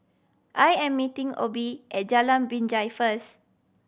I am meeting Obe at Jalan Binjai first